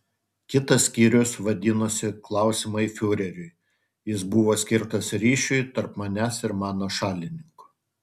kitas skyrius vadinosi klausimai fiureriui jis buvo skirtas ryšiui tarp manęs ir mano šalininkų